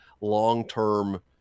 long-term